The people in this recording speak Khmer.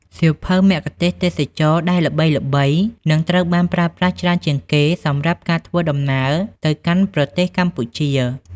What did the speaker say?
សៀវភៅមគ្គុទ្ទេសក៍ទេសចរណ៍ដែលល្បីៗ និងត្រូវបានប្រើប្រាស់ច្រើនជាងគេសម្រាប់ការធ្វើដំណើរទៅកាន់ប្រទេសកម្ពុជា។